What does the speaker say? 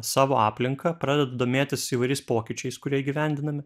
savo aplinka pradeda domėtis įvairiais pokyčiais kurie įgyvendinami